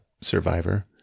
Survivor